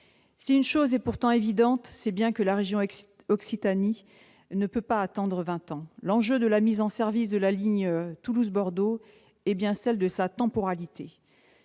Si une chose est pourtant évidente, c'est bien que la région Occitanie ne peut pas attendre vingt ans. L'enjeu de la mise en service de la ligne Toulouse-Bordeaux est bien celui de sa temporalité.